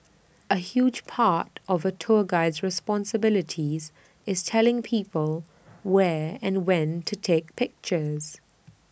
A huge part of A tour guide's responsibilities is telling people where and when to take pictures